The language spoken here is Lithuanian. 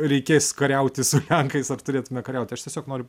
reikės kariauti su lenkais ar turėtume kariauti aš tiesiog noriu